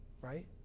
right